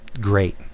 great